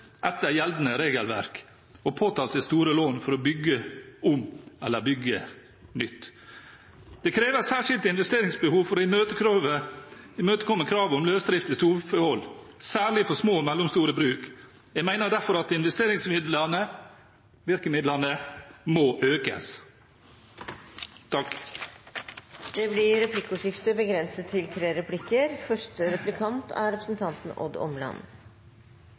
etter gjeldende regelverk og påtatt seg store lån for å bygge om eller bygge nytt. Det kreves særskilte investeringsbehov for å imøtekomme kravet om løsdrift i storfehold, særlig for små og mellomstore bruk. Jeg mener derfor at investeringsvirkemidlene må økes. Under behandlingen av oppgjøret i fjor var Venstre med på en flertallsmerknad om at 20 mill. kr til